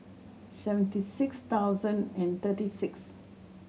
seventy six thousand and thirty six